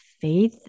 faith